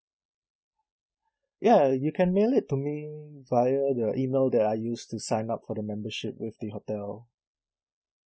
ya you can mail it to me via the email that I used to sign up for the membership with the hotel